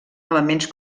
elements